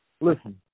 Listen